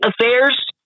affairs